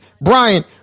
Brian